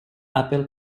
apple